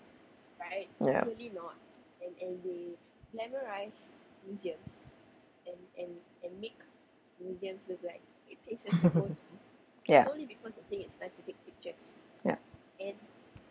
yup ya ya